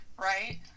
Right